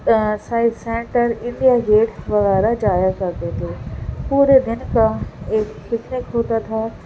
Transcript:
science centre India Gate وغیرہ جایا کرتے تھے پورے دن کا ایک پکنک ہوتا تھا